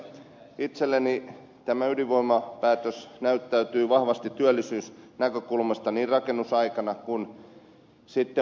itselleni tämä ydinvoimapäätös näyttäytyy vahvasti työllisyysnäkökulmasta niin rakennusaikana kuin sitten valmistuttuaankin